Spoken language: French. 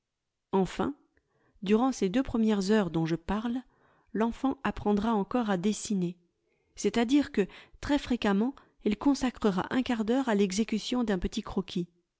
enfin durant ces deux premières heures dont je parle l'enfant apprendra encore à dessiner c'est-àdire que très fréquemment il consacrera un quart d'heure à l'exécution d'un petit croquis